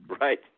Right